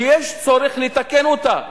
שיש צורך לתקן אותה,